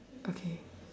okay